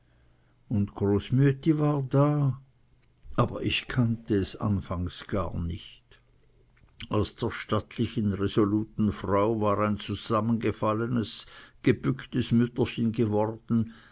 und großmüetti war da aber ich kannte es anfangs gar nicht aus der stattlichen resoluten frau war ein zusammengefallenes gebücktes mütterchen geworden